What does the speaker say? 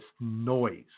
noise